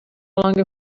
longer